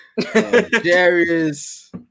Darius